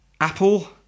Apple